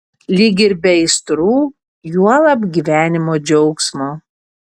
lyg ir be aistrų juolab gyvenimo džiaugsmo